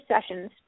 sessions